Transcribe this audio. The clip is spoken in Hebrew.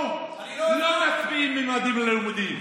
אנחנו לא מצביעים לממדים ללימודים,